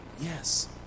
Yes